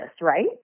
right